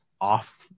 off